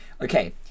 okay